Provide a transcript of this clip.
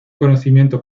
conocimiento